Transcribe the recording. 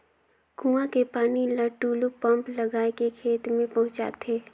कुआं के पानी ल टूलू पंप लगाय के खेत में पहुँचाथे